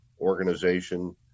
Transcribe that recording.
organization